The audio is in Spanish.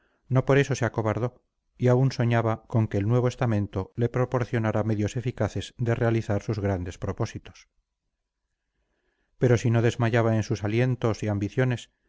no por eso se acobardó y aún soñaba con que el nuevo estamento le proporcionara medios eficaces de realizar sus grandes propósitos pero si no desmayaba en sus alientos y ambiciones